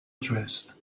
addressed